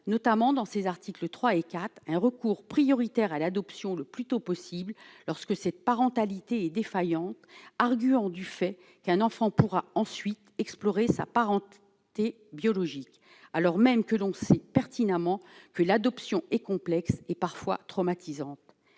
notamment dans ses articles 3 et 4 un recours prioritaire à l'adoption le plus tôt possible lorsque cette parentalité est défaillante, arguant du fait qu'un enfant pourra ensuite explorer s'parente biologique, alors même que l'on sait pertinemment que l'adoption est complexe et parfois traumatisantes,